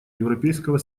европейского